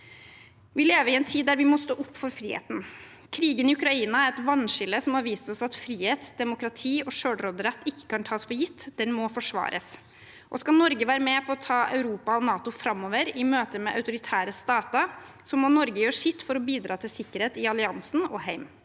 Vi lever i en tid der vi må stå opp for friheten. Krigen i Ukraina er et vannskille som har vist oss at frihet, demokrati og selvråderett ikke kan tas for gitt – det må forsvares. Skal Norge være med på å ta Europa og NATO framover i møte med autoritære stater, må Norge gjøre sitt for å bidra til sikkerhet i alliansen og hjemme.